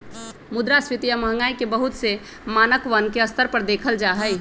मुद्रास्फीती या महंगाई के बहुत से मानकवन के स्तर पर देखल जाहई